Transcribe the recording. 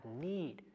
need